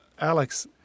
Alex